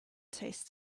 tastes